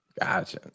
Gotcha